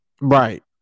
Right